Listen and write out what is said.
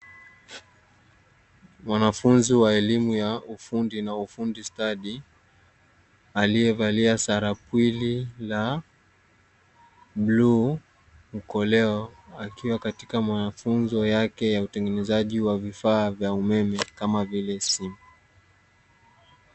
Mwanafunzi wa elimu ya ufundi na ufundi stadi aliyevalia sarakwili la bluu mkoleo akiwa katika mafunzo yake ya utengenezaji wa vifaa vya umeme kama vile simu.